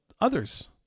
others